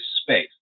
space